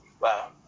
Wow